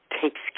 takes